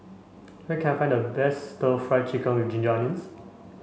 where can I find the best stir fried chicken with ginger onions